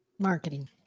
Marketing